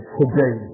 today